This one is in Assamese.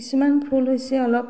কিছুমান ফুল হৈছে অলপ